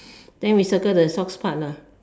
then we circle the socks part lah